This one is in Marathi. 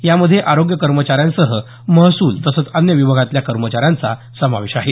यामध्ये आरोग्य कर्मचाऱ्यांसह महसूल तसंच अन्य विभागातल्या कर्मचाऱ्यांचा समावेश आहे